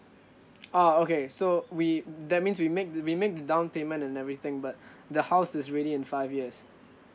ah okay so we th~ that means we make the we make the down payment and everything but the house is ready in five years